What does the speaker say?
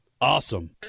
Awesome